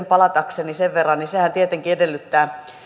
palatakseni sen verran että sehän tietenkin edellyttää